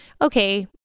okay